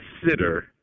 consider